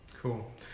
Cool